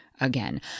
again